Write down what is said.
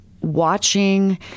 watching